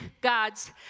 God's